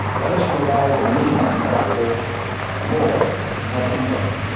let us provide the means by which more can help themselves.